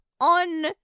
on